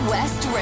West